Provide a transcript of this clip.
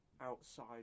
outside